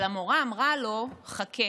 אבל המורה אמרה לו: חכה,